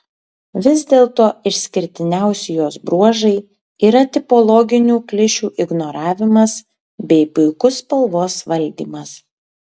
vis dėlto išskirtiniausi jos bruožai yra tipologinių klišių ignoravimas bei puikus spalvos valdymas